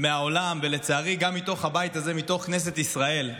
מהעולם ולצערי גם מתוך הבית הזה, מתוך כנסת ישראל,